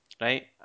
right